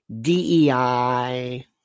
DEI